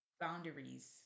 boundaries